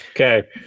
okay